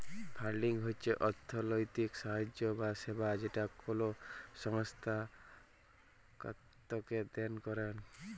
funding হচ্ছ অর্থলৈতিক সাহায্য বা সেবা যেটা কোলো সংস্থা কাওকে দেন করেক